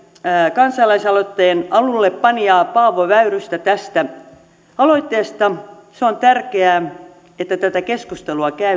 kansalaisaloitteen alullepanijaa paavo väyrystä tästä aloitteesta se on tärkeää että tätä keskustelua